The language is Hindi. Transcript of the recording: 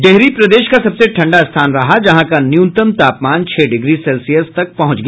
डेहरी प्रदेश का सबसे ठंडा स्थान रहा जहां का न्यूनतम तापमान छह डिग्री सेल्सियस तक पहुंच गया